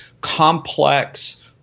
complex